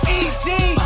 easy